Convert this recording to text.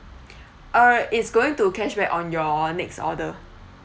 uh is going to cashback on your next order